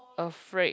afraid